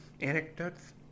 Anecdotes